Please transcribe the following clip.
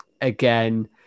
Again